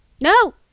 No